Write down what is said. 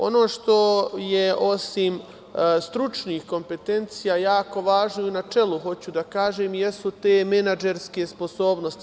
Ono što je osim stručnih kompetencija jako važno i u načelu hoću da kažem jesu te menadžerske sposobnosti.